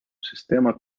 sistema